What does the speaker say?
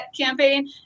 campaign